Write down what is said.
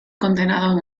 condenado